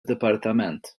dipartiment